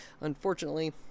unfortunately